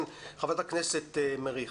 כן, חברת הכנסת מריח.